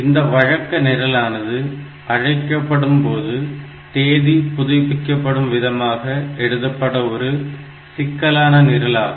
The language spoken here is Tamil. இந்த வழக்க நிரலானது அழைக்கப்படும் போது தேதி புதுப்பிக்கப்படும் விதமாக எழுதப்பட்ட ஒரு சிக்கலான நிரல் ஆகும்